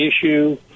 issue